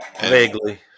Vaguely